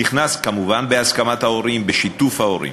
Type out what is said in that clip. נכנס כמובן בהסכמת ההורים, בשיתוף ההורים.